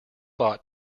bought